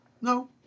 No